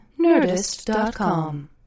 Nerdist.com